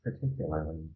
particularly